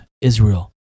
Israel